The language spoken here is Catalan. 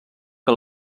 que